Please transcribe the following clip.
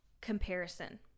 comparison